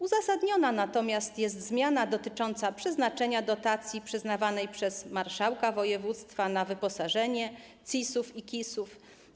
Uzasadniona natomiast jest zmiana dotycząca przeznaczenia dotacji przyznawanej przez marszałka województwa na wyposażenie CIS-ów i KIS-ów.